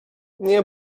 nie